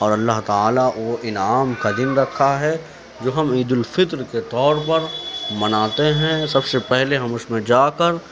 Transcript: اور اللہ تعالی وہ اِنعام کا دِن رکھا ہے جو ہم عید الفطر کے طور پر مناتے ہیں سب سے پہلے ہم اُس میں جا کر